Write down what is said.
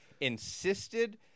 insisted